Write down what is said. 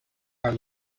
are